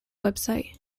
website